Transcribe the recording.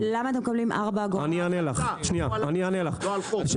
אני אענה לו.